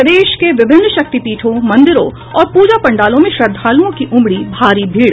प्रदेश के विभिन्न शक्तिपीठों मंदिरों और प्रजा पंडालों में श्रद्धालुओं की उमड़ी भारी भीड़